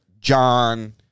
John